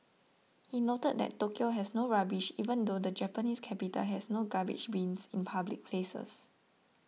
he noted that Tokyo has no rubbish even though the Japanese capital has no garbage bins in public places